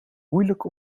moeilijk